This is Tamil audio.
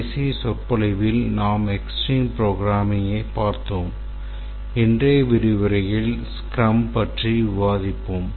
கடைசி சொற்பொழிவில் நாம் extreme programming பார்த்தோம் இன்றைய விரிவுரையில் ஸ்க்ரம் பற்றி விவாதிப்போம்